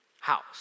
house